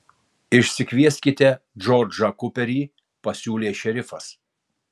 išsikvieskite džordžą kuperį pasiūlė šerifas